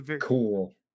Cool